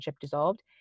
dissolved